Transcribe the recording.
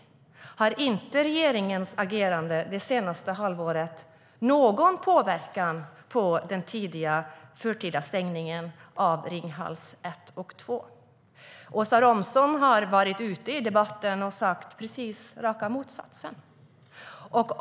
Har inte regeringens agerande det senaste halvåret någon påverkan på den förtida stängningen av Ringhals 1 och 2? Åsa Romson har varit ute i debatten och sagt raka motsatsen.